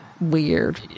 weird